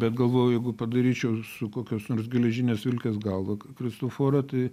bet galvoju jeigu padaryčiau su kokios nors geležinės vilkės galva kristoforą tai